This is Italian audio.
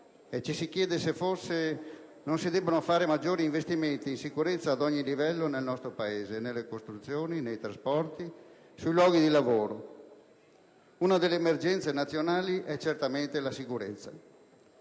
ci si chiede se forse non si debbano fare maggiori investimenti in sicurezza ad ogni livello nel nostro Paese, nelle costruzioni, nei trasporti, sui luoghi di lavoro. Una delle emergenze nazionali è certamente la sicurezza.